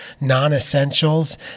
non-essentials